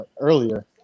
earlier